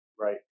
Right